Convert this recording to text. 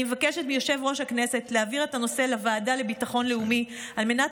אני מבקשת מיושב-ראש הכנסת להעביר את הנושא לוועדה לביטחון לאומי על מנת